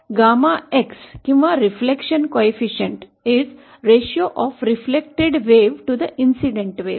तर ℾ किंवा परावर्तन गुणांक म्हणजे घटनेच्या लाटेचे परावर्तित लाटेचे प्रमाण